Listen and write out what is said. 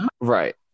Right